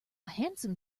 handsome